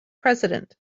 president